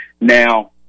Now